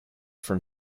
from